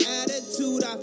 attitude